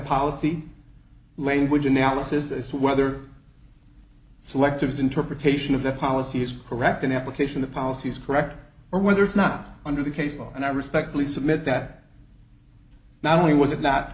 policy language analysis as to whether selective interpretation of the policy is correct and application the policy is correct or whether it's not under the case law and i respectfully submit that not only was it not